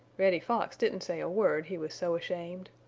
reddy fox didn't say a word, he was so ashamed.